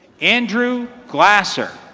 andrew glasser.